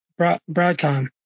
Broadcom